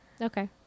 Okay